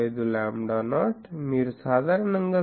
45 lambda naught మీరు సాధారణంగా 0